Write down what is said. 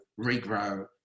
regrow